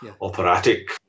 operatic